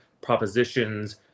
propositions